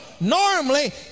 normally